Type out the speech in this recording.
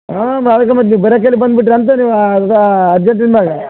ಹಾಂ ಅದಕ್ಕೆ ಮತ್ತೆ ನೀವು ಬರಿ ಕೈಲಿ ಬಂದುಬಿಟ್ರೆ ಅಂತ ನೀವು ಅರ್ಜೆಂಟ್ ಇಲ್ಲ